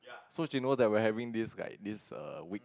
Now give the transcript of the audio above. so she knows that we are having this like this err week